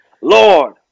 Lord